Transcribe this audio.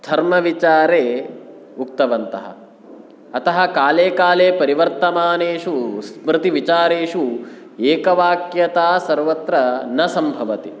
धर्मविचारे उक्तवन्तः अतः काले काले परिवर्तमानेषु स्मृतिविचारेषु एकवाक्यता सर्वत्र न सम्भवति